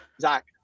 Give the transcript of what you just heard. zach